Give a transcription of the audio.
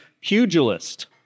pugilist